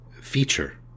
feature